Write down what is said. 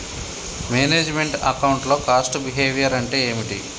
Manage meant account లో cost behaviour అంటే ఏమిటి?